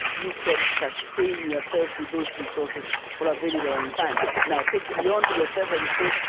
you can sustain yourself with those resources for a very long time now, take it beyond yourself and, say,